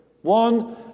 One